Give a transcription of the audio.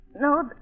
No